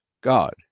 God